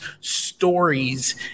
stories